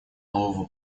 нового